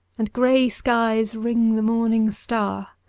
and grey skies ring the morning star,